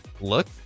look